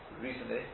recently